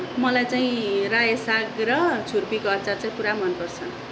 मलाई चाहिँ रायो साग र छुर्पीको अचार चाहिँ पुरा मनपर्छ